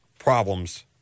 problems